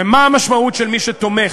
ומה המשמעות של מי שתומך?